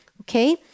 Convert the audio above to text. Okay